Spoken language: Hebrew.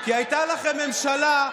כי הייתה לכם ממשלה,